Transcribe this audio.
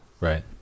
Right